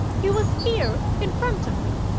he was here, in front of me.